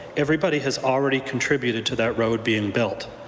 everybody has already contributed to that road being built.